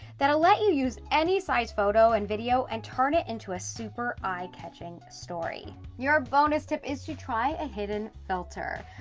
that will let you use any size photo and video and turn it into a super eye catching story. your bonus tip is to try a hidden filter.